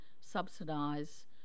subsidise